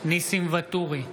ניסים ואטורי,